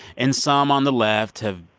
and some on the left have,